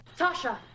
Tasha